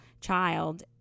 child